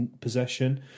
possession